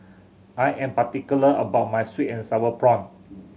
I am particular about my sweet and Sour Prawns